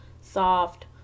soft